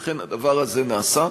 לכן, הדבר הזה נעשה.